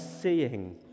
seeing